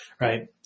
right